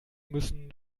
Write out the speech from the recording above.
müssen